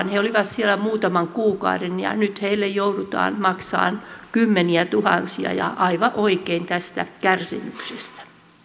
he olivat siellä muutaman kuukauden ja nyt heille joudutaan maksamaan kymmeniätuhansia aivan oikein tästä kärsimyksestä